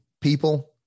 people